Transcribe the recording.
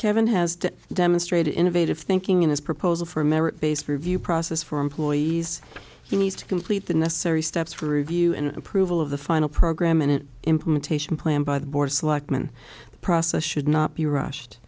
kevin has to demonstrate innovative thinking in his proposal for a merit based review process for employees he needs to complete the necessary steps for review and approval of the final program in an implementation plan by the board selectman the process should not be rushed